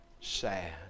sad